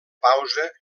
pausa